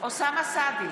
אינו נוכח אלכס קושניר,